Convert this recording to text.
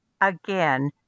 again